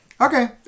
Okay